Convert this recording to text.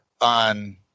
on